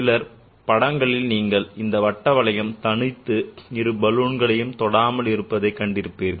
சிலர் படங்களில் நீங்கள் அந்த வட்ட வளையம் தனித்து இரு பலூன்களையும் தொடாமல் இருப்பதைக் கண்டிருப்பீர்கள்